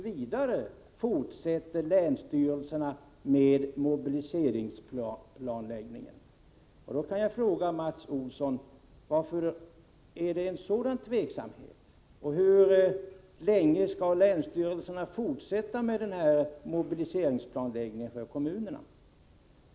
v. fortsätter länsstyrelserna med mobiliseringsplanläggningen. Då kan jag fråga Mats Olsson: Varför är det en sådan tveksamhet, och hur länge skall länsstyrelserna fortsätta med den här mobiliseringsplanläggningen för kommunerna?